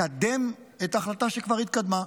לקדם את ההחלטה שכבר התקדמה,